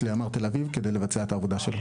לימ"ר תל אביב כדי לבצע את העבודה שלו.